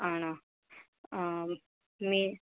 ആണോ ആ മീന്